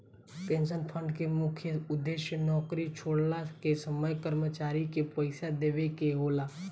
pension fund के मुख्य उद्देश्य नौकरी छोड़ला के समय कर्मचारी के पइसा देवेके होला